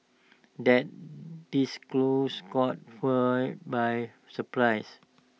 that disclose caught firms by surprise